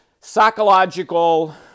psychological